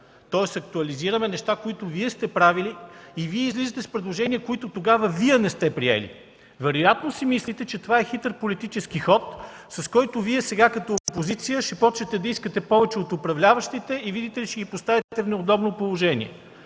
тоест актуализираме неща, които Вие сте правили, и излизате с предложения, които тогава Вие не сте приели! Вероятно си мислите, че това е хитър политически ход, с който сега, като опозиция, ще започнете да искате повече от управляващите и, видите ли, ще ги поставите в неудобно положение.